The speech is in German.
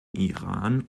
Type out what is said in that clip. iran